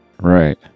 right